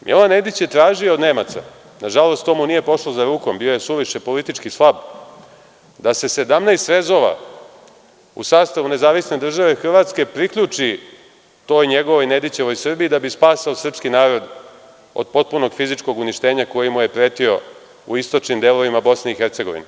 Milan Nedić je tražio od Nemaca, nažalost, to mu nije pošlo za rukom, bio je suviše politički slab, da se 17 srezova u sastavu Nezavisne države Hrvatske priključi toj njegovoj Nedićevoj Srbiji da bi spasao srpski narod od potpunog fizičkog uništenja koji mu je pretio u istočnim delovima BiH.